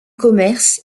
commerce